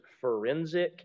forensic